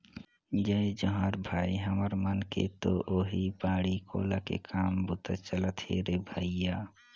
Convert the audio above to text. जय जोहार भाई, हमर मन के तो ओहीं बाड़ी कोला के काम बूता चलत हे रे भइया